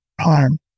harm